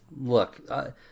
Look